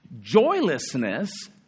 joylessness